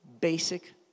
basic